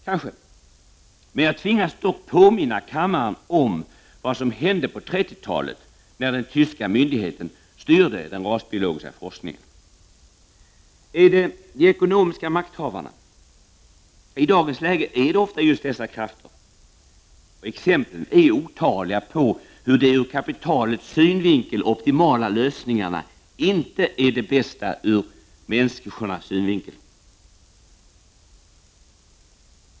Kanske, men jag tvingas dock påminna kammaren om vad som hände på 1930-talet när den tyska myndigheten styrde den rasbiologiska forskningen. Är det de ekonomiska makthavarna? I dagens läge är det ofta just dessa krafter som styr. Exemplen är otaliga på hur de ur kapitalets synvinkel optimala lösningarna inte är de bästa ur människornas synvinkel.